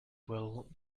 well